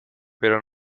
pero